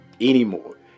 anymore